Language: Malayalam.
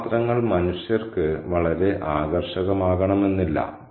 ഈ പാത്രങ്ങൾ മനുഷ്യർക്ക് വളരെ ആകർഷകമാകണമെന്നില്ല